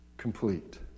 complete